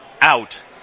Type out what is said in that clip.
out